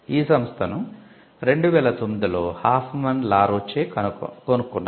ఈ సంస్థను 2009 లో హాఫ్మన్ లా రోచే కొనుక్కున్నారు